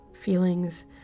feelings